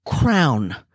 crown